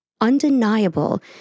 undeniable